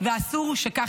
שלושה סימני